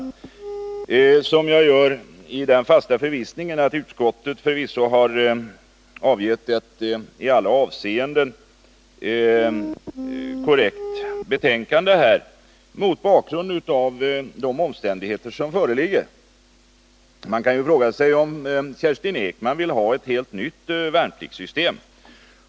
Jag gör det i den fasta förvissningen att utskottet har avgivit ett i alla avseenden korrekt betänkande mot bakgrund av de omständigheter som föreligger. Man kan fråga sig om Kerstin Ekman vill ha ett helt nytt värnpliktssystem.